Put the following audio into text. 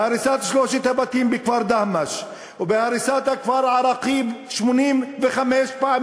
בהריסת שלושת הבתים בכפר דהמש ובהריסת הכפר אל-עראקיב 85 פעמים,